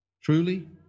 Truly